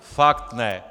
Fakt ne!